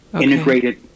integrated